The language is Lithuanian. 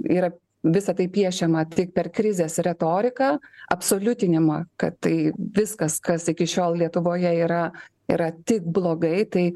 yra visa tai piešiama tik per krizės retoriką absoliutinimą kad tai viskas kas iki šiol lietuvoje yra yra tik blogai tai